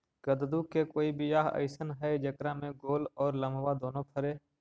कददु के कोइ बियाह अइसन है कि जेकरा में गोल औ लमबा दोनो फरे?